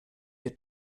wir